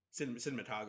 cinematography